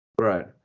Right